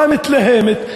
חברת הכנסת מירי רגב,